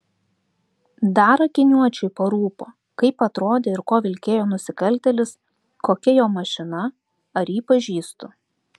dar akiniuočiui parūpo kaip atrodė ir kuo vilkėjo nusikaltėlis kokia jo mašina ar jį pažįstu